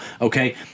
Okay